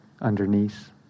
underneath